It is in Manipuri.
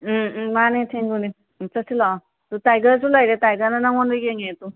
ꯃꯥꯅꯦ ꯊꯦꯡꯒꯨꯅꯦ ꯆꯠꯁꯤ ꯂꯥꯛꯑꯣ ꯇꯥꯏꯒꯔꯁꯨ ꯂꯩꯔꯦ ꯇꯥꯏꯒꯔꯅ ꯅꯉꯣꯟꯗ ꯌꯦꯡꯉꯛꯑꯦ ꯇꯨ